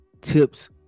tips